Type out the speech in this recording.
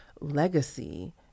legacy